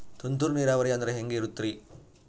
ತುಂತುರು ನೇರಾವರಿ ಅಂದ್ರೆ ಹೆಂಗೆ ಇರುತ್ತರಿ?